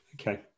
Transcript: Okay